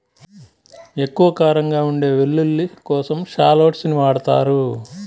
ఎక్కువ కారంగా ఉండే వెల్లుల్లి కోసం షాలోట్స్ ని వాడతారు